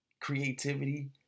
creativity